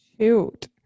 Shoot